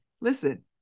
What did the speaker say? listen